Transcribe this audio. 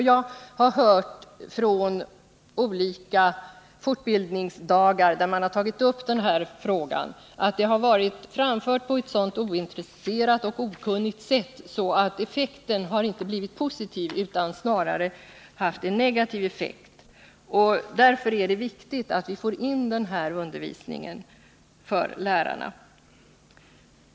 Jag har hört från olika fortbildningsdagar att frågan där har tagits upp på ett så ointresserat och okunnigt sätt att effekten inte har blivit positiv utan utbildningen snarare har haft negativ effekt. Därför är det viktigt att få in könsrollsoch jämställdhetsfrågor i undervisningen för lärarna.